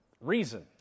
reason